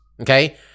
okay